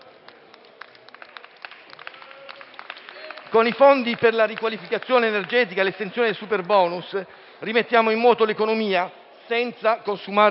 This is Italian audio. Con i fondi per la riqualificazione energetica e l'estensione del superbonus rimettiamo in moto l'economia senza consumare il suolo.